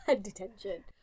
Detention